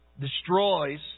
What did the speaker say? destroys